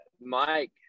Mike